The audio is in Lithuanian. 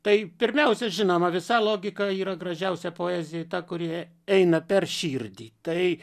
tai pirmiausia žinoma visa logika yra gražiausia poezija ta kuri eina per širdį tai